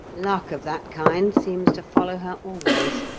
luck of that kind seems to follow her always.